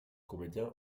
comédien